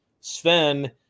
Sven